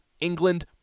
England